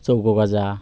চৌকো গজা